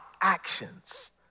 actions